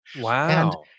Wow